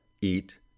eat